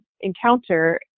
encounter